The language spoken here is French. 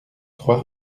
trois